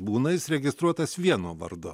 būna jis registruotas vieno vardu